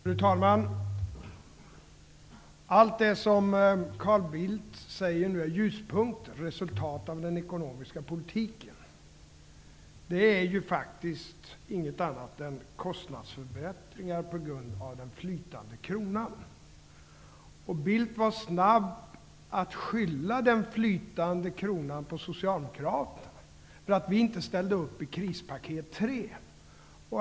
Fru talman! Allt det som Carl Bildt nu säger är ljuspunkter, och resultat av den ekonomiska politiken, är faktiskt inget annat än kostnadsförbättringar på grund av den flytande kronan. Carl Bildt var snabb att skylla den flytande kronan på Socialdemokraterna, därför att vi inte ställde upp på krispaket 3.